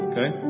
Okay